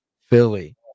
philly